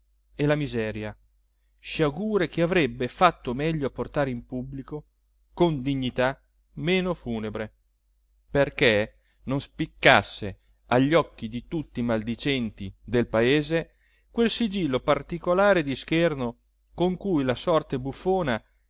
e la miseria sciagure che avrebbe fatto meglio a portare in pubblico con dignità meno funebre perché non spiccasse agli occhi di tutti i maldicenti del paese quel sigillo particolare di scherno con cui la sorte buffona